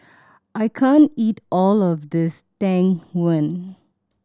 I can't eat all of this Tang Yuen